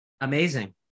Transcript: Amazing